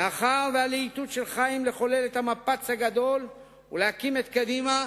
מאחר שהלהיטות של חיים לחולל את המפץ הגדול ולהקים את קדימה